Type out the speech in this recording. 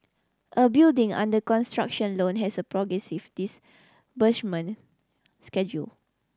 a building under construction loan has a progressive disbursement schedule